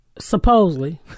supposedly